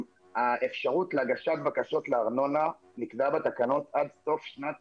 האפשרות להגשת בקשות לארנונה נקבעה בתקנות עד סוף שנת